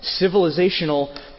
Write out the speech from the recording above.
civilizational